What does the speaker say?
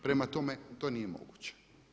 Prema tome, to nije moguće.